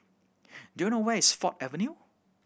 do you know where is Ford Avenue